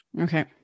Okay